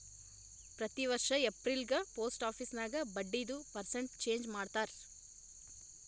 ಪ್ರತಿ ವರ್ಷ ಎಪ್ರಿಲ್ಗ ಪೋಸ್ಟ್ ಆಫೀಸ್ ನಾಗ್ ಬಡ್ಡಿದು ಪರ್ಸೆಂಟ್ ಚೇಂಜ್ ಮಾಡ್ತಾರ್